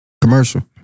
commercial